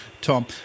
Tom